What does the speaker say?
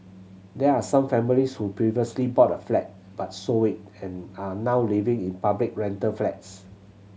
there are some families who previously bought a flat but sold we and are now living in public rental flats